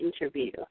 interview